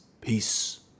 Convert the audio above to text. Peace